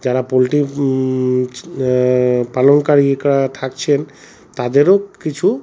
যারা পোল্ট্রী পালনকারীরা থাকছেন তাদেরও কিছু